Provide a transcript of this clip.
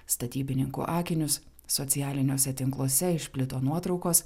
statybininkų akinius socialiniuose tinkluose išplito nuotraukos